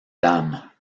dames